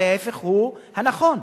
וההיפך הוא הנכון,